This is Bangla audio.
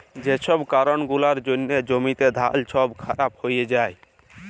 যে ছব কারল গুলার জ্যনহে জ্যমিতে ধাল ছব খারাপ হঁয়ে যায়